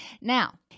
Now